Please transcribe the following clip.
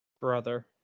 brother